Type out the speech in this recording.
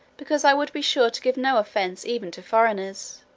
because i would be sure to give no offence even to foreigners